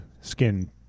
skin